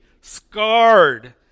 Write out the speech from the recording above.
scarred